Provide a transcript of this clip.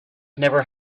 never